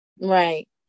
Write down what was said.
Right